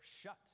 shut